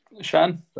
Sean